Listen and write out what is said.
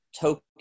Token